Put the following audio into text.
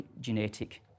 genetic